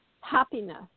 happiness